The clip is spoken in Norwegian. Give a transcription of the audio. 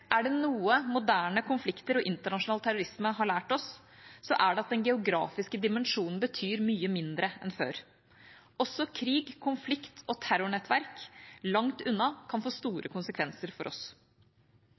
Er det noe moderne konflikter og internasjonal terrorisme har lært oss, så er det at den geografiske dimensjonen betyr mye mindre enn før. Også krig, konflikt og terrornettverk langt unna kan få store